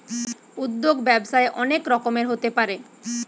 উদ্যোগ ব্যবসায়ে অনেক রকমের হতে পারে